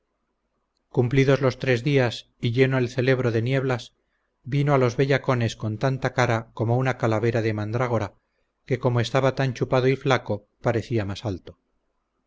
cumplidos los tres días y lleno el celebro de nieblas vino a los bellacones con tanta cara como una calavera de mandrágora que como estaba tan chupado y flaco parecía más alto